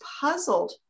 puzzled